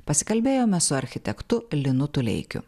pasikalbėjome su architektu linu tuleikiu